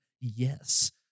Yes